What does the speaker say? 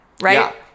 Right